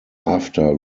after